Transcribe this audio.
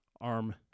arm